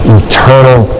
eternal